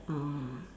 ah